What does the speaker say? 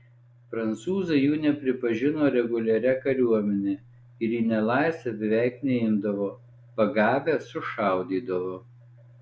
prancūzai jų nepripažino reguliaria kariuomene ir į nelaisvę beveik neimdavo pagavę sušaudydavo